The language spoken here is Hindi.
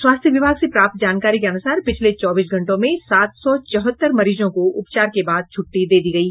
स्वास्थ्य विभाग से प्राप्त जानकारी के अनुसार पिछले चौबीस घंटों में सात सौ चौहत्तर मरीजों को उपचार के बाद छुट्टी दी गयी